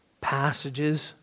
passages